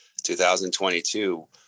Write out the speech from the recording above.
2022